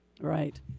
Right